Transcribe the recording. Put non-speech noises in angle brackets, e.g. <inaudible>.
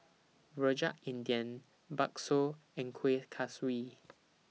Rojak India Bakso and Kueh <noise> Kaswi